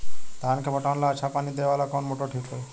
धान के पटवन ला अच्छा पानी देवे वाला कवन मोटर ठीक होई?